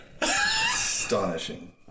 astonishing